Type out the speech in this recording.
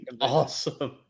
awesome